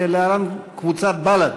להלן: קבוצת בל"ד,